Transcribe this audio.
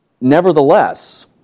nevertheless